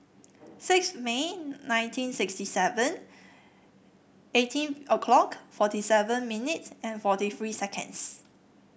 six May nineteen sixty seven eighteen O 'clock forty seven minutes and forty three seconds